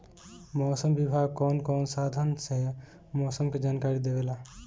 मौसम विभाग कौन कौने साधन से मोसम के जानकारी देवेला?